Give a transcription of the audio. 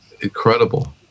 incredible